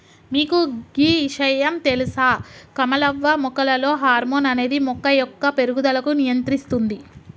మీకు గీ ఇషయాం తెలుస కమలవ్వ మొక్కలలో హార్మోన్ అనేది మొక్క యొక్క పేరుగుదలకు నియంత్రిస్తుంది